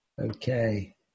okay